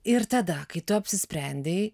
ir tada kai tu apsisprendei